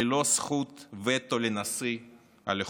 ללא זכות וטו לנשיא על החוקים.